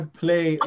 play